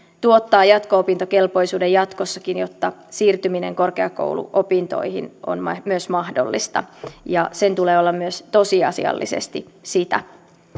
tuottaa jatko opintokelpoisuuden jatkossakin jotta siirtyminen korkeakouluopintoihin on myös mahdollista ja sen tulee olla myös tosiasiallisesti sitä